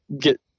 get